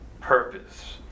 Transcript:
purpose